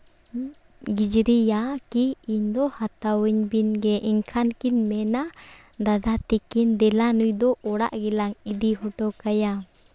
ᱜᱤᱡᱽᱲᱤᱭᱟ ᱠᱤ ᱤᱧ ᱫᱚ ᱦᱟᱛᱟᱣᱟᱹᱧ ᱵᱤᱱ ᱜᱮ ᱮᱱᱠᱷᱟᱱ ᱠᱤᱱ ᱢᱮᱱᱟ ᱫᱟᱫᱟ ᱛᱟᱹᱠᱤᱱ ᱫᱮᱞᱟ ᱱᱩᱭ ᱫᱚ ᱚᱲᱟᱜ ᱜᱮᱞᱟᱝ ᱤᱫᱤ ᱦᱚᱴᱚ ᱠᱟᱭᱟ